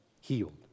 healed